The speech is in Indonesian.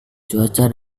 cuaca